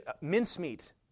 mincemeat